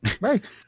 Right